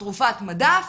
תרופת מדף,